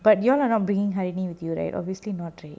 but you all are not bringing harini with you right obviously not right